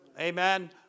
Amen